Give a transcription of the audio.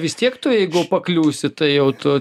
vis tiek tu jeigu pakliūsi tai jau tu